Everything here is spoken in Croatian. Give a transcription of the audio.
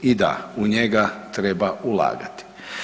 I da, u njega treba ulagati.